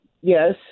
Yes